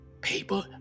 paper